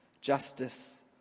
justice